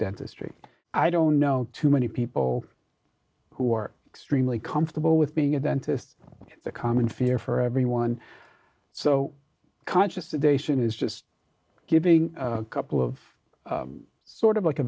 dentistry i don't know too many people who are extremely comfortable with being a dentist the common fear for everyone so conscious sedation is just giving a couple of sort of like a